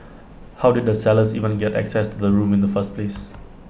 how did the sellers even get access to the room in the first place